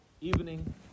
evening